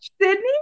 Sydney